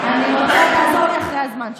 אני רוצה, אחרי הזמן שלי.